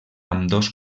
ambdós